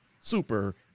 super